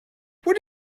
would